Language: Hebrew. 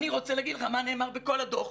אני רוצה להגיד לך מה נאמר בכל הדוח.